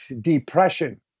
depression